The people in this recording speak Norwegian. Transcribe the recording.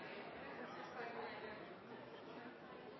er